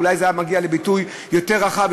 אולי זה היה מגיע לביטוי יותר רחב,